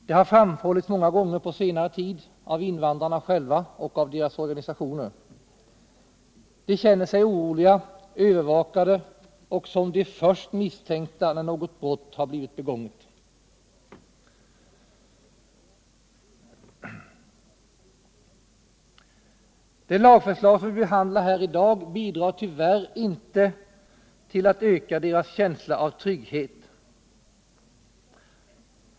Detta har på senare tid ofta framhållits av invandrarna själva och deras organisationer. Invandrarna känner sig oroliga, övervakade och som de först misstänkta, när något brott har blivit begånget. Det lagförslag som vi behandlar i dag bidrar tyvärr inte till att öka deras känsla av trygghet.